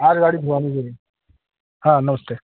आज गाड़ी धोनी ज़रूर हाँ नमस्ते